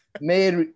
Made